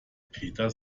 peter